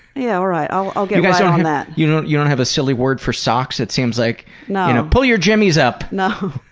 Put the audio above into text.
yeah, alright, i'll i'll get right so on that. you don't you don't have a silly word for socks? it seems like, you know, pull your jimmys up! no,